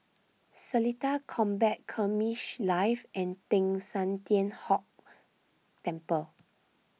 Seletar Combat Skirmish Live and Teng San Tian Hock Temple